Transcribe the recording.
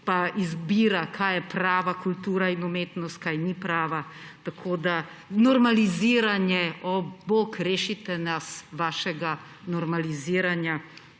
pa izbira, kaj je prava kultura in umetnost, kaj ni prava. Normaliziranje; o bog, rešite nas vašega normaliziranja,